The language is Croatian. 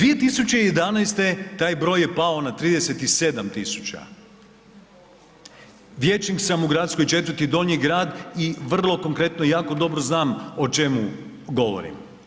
2011. taj broj je pao na 37.000, vijećnika sam u gradskoj četvrti Donji grad i vrlo konkretno i jako dobro znam o čemu govorim.